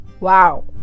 wow